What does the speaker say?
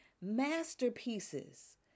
masterpieces